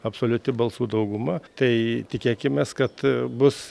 absoliuti balsų dauguma tai tikėkimės kad bus